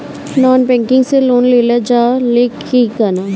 Non banking से loan लेल जा ले कि ना?